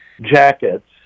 jackets